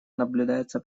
наблюдается